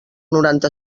noranta